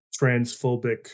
transphobic